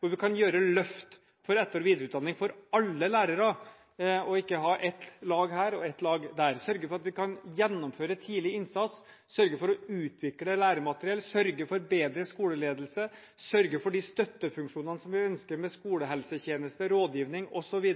hvor vi kan gjøre løft for etter- og videreutdanning for alle lærere – og ikke ha ett lag her og ett lag der – sørge for at vi kan gjennomføre tidlig innsats, sørge for å utvikle læremateriell, sørge for bedre skoleledelse, sørge for de støttefunksjonene vi ønsker, som skolehelsetjeneste, rådgivning osv.,